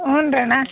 ಹ್ಞೂನಣ್ಣ